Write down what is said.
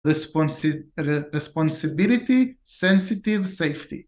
Responsibility, Sensitive, Safety.